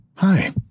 Hi